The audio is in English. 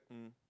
mm